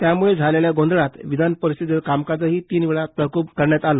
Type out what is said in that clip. त्यामुळे झालेल्या गोंधळात विधान परिषदेचं कामकाज ही तीनवेळा तहकुब करण्यात आलं